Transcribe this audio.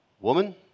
Woman